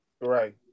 Right